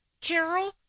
Carol